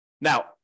Now